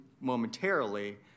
momentarily